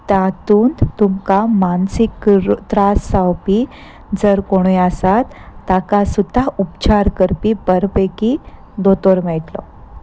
तातूंत तुमकां मानसीक त्रास जावपी जर कोणूय आसात ताका सुद्दा उपचार करपी बरे पैकी दोतोर मेळटलो